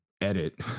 edit